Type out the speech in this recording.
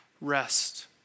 rest